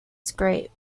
scrape